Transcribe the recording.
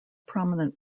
prominent